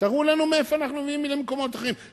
תראו לנו מאיפה נביא, ממקומות אחרים.